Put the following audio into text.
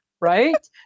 Right